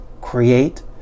create